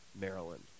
Maryland